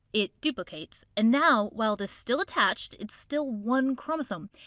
it duplicates. and now, while it is still attached, it's still one chromosome